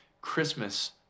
Christmas